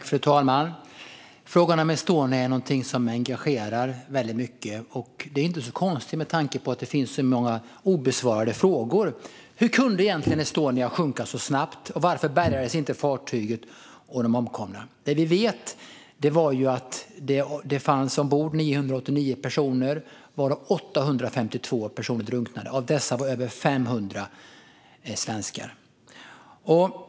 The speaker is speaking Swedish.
Fru talman! Frågan om Estonia engagerar väldigt mycket, och det är inte så konstigt med tanke på att det finns så många obesvarade frågor. Hur kunde egentligen Estonia sjunka så snabbt, och varför bärgades inte fartyget och de omkomna? Det vi vet är att det fanns 989 personer ombord, varav 852 drunknade. Av dessa var över 500 svenskar.